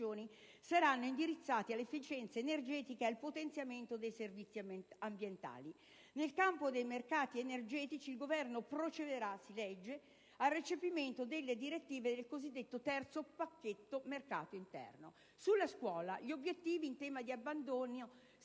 saranno indirizzati all'efficienza energetica e al potenziamento dei servizi ambientali. Nel campo dei mercati energetici il Governo «procederà al recepimento delle direttive del cosiddetto terzo pacchetto mercato interno». Sulla scuola, gli obiettivi in tema di abbandoni